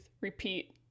repeat